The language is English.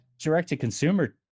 direct-to-consumer